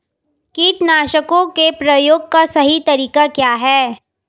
कीटनाशकों के प्रयोग का सही तरीका क्या है?